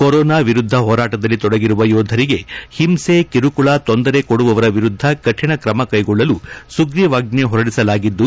corona ವಿರುದ್ಧ ಹೋರಾಟದಲ್ಲಿ ತೊಡಗಿರುವ ಯೋಧರಿಗೆ ಹಿಂಸೆ ಕಿರುಕುಳ ತೊಂದರೆ ಕೊಡುವವರ ವಿರುದ್ಧ ಕಠಿಣ ತ್ರಮ ಕೈಗೊಳ್ಳಲು ಸುಗ್ರೀವಾಜ್ಜೆ ಹೊರಡಿಸಲಾಗಿದ್ದು